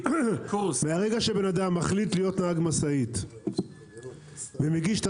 מהרגע שאדם מחליט להיות נהג משאית ומגיש את